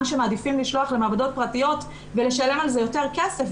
שמעדיפים לשלוח למעבדות פרטיות ולשלם על זה יותר כסף,